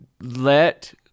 let